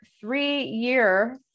three-year